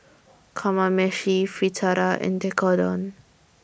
Kamameshi Fritada and Tekkadon